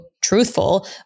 truthful